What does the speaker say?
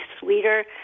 sweeter